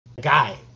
Guy